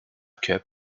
cup